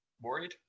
Worried